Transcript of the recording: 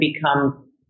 become